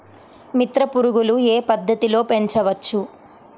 మిత్ర పురుగులు ఏ పద్దతిలో పెంచవచ్చు?